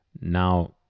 Now